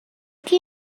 qui